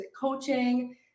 coaching